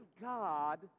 God